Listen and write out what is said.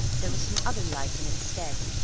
there was some other light in its stead,